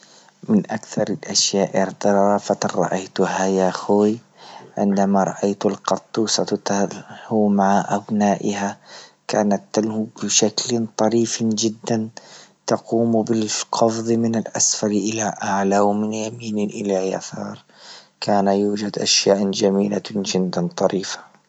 من أكثر الأشياء رأيتها يا أخوي عندما رأيت قطوسة تنحو مع أبنائها، كانت تلهو بشكل طريف جدا تقوم بلشقفز من أسفل إلى أعلى ومن اليمين إلى يسار، كان يوجد أشياء جملة جدا طريفة.